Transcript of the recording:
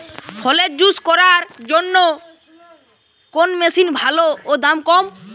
ফলের জুস করার জন্য কোন মেশিন ভালো ও দাম কম?